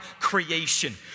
creation